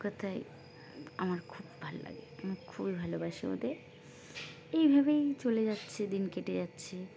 কলকাতায় আমার খুব ভালো লাগে আমি খুবই ভালোবাসি ওদের এইভাবেই চলে যাচ্ছে দিন কেটে যাচ্ছে